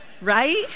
right